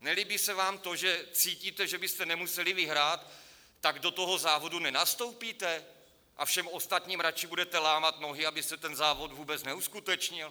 Nelíbí se vám to, že cítíte, že byste nemuseli vyhrát, tak do toho závodu nenastoupíte a všem ostatním raději budete lámat nohy, aby se ten závod vůbec neuskutečnil?